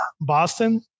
Boston